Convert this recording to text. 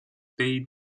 paid